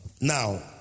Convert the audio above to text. now